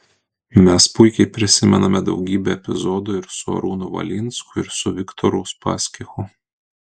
mes puikiai prisimename daugybę epizodų ir su arūnu valinsku ir su viktoru uspaskichu